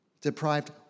deprived